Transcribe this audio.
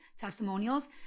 testimonials